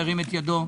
ירים את ידו.